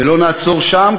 ולא נעצור שם,